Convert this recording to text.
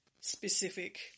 specific